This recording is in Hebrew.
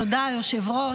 תודה, היושב-ראש.